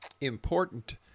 important